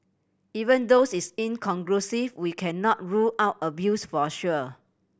even though it's inconclusive we cannot rule out abuse for a sure